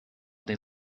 they